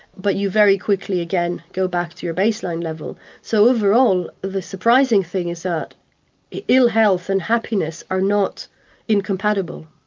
but you very quickly again go back to your baseline level. so overall, the surprising thing is that ill-health and happiness are not incompatible.